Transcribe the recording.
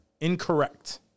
incorrect